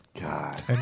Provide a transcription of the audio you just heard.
God